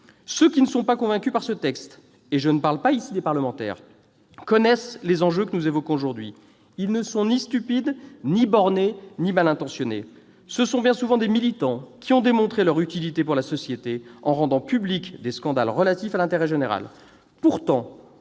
Ceux qui ne sont pas convaincus par ce texte- je ne parle pas ici des parlementaires -connaissent les enjeux que nous évoquons aujourd'hui. Ils ne sont ni stupides, ni bornés, ni mal intentionnés. Ce sont bien souvent des militants qui ont démontré leur utilité pour la société en rendant publics des scandales au profit de l'intérêt général.